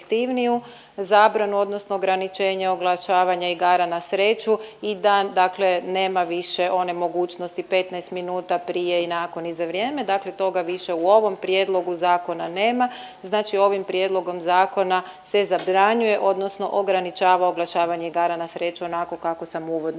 zabranu odnosno ograničenje oglašavanja igara na sreću i da dakle nema više one mogućnosti 15 prije i nakon i za vrijeme, dakle toga više u ovom prijedlogu zakona nema. Znači ovim prijedlogom zakona se zabranjuje odnosno ograničava oglašavanje igara na sreću onako kako sam uvodno